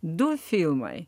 du filmai